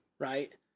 Right